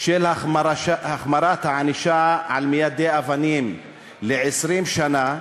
של החמרת הענישה על מיידי האבנים ל-20 שנה,